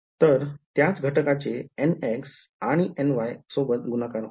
तर त्याच घटकाचे nx आणि ny सोबत गुणाकार होईल